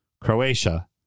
Croatia